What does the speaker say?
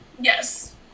Yes